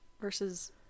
versus